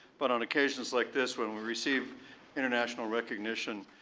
but on occasions like this when we receive international recognition,